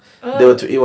oh